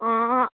હ